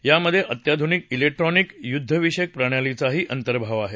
यामधे अत्याधुनिक जेक्ट्रॉनिक युद्धविषयक प्रणालीचाही अंतर्भाव आहे